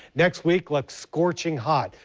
next week looks scorching hot,